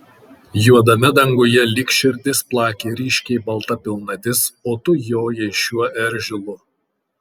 juodame danguje lyg širdis plakė ryškiai balta pilnatis o tu jojai šiuo eržilu